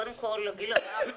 קודם כל הגיל הרך,